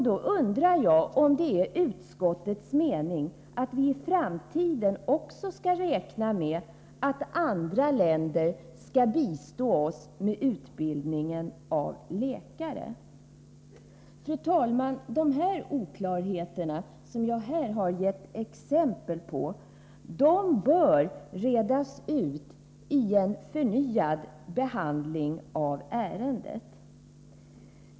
Då undrar jag om det är utskottets mening att vi även i framtiden skall räkna med att andra länder bistår oss med utbildningen av läkare. Fru talman! De oklarheter som jag här har gett exempel på bör redas uti en förnyad behandling av ärendet.